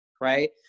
right